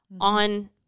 on